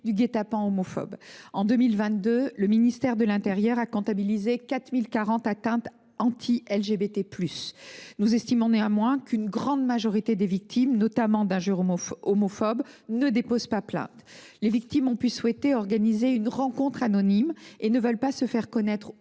les guets apens homophobes. En 2022, le ministère de l’intérieur a comptabilisé 4 040 actes anti LGBT+. Nous estimons néanmoins qu’une grande majorité des victimes, notamment d’injures homophobes, ne déposent pas plainte : elles ont en effet pu souhaiter organiser une rencontre anonyme et ainsi désirer ne pas se faire connaître